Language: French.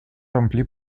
rempli